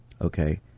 Okay